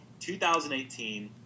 2018